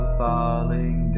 falling